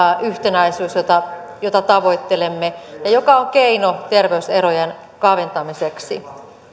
yhtenäisyys jota jota tavoittelemme ja joka on keino terveyserojen kaventamiseksi